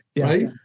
right